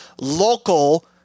local